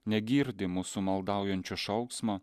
negirdi mūsų maldaujančio šauksmo